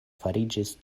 fariĝis